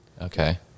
Okay